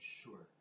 sure